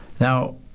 Now